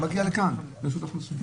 זה מגיע לכאן, לרשות האוכלוסין.